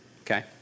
Okay